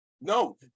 No